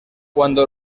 cuando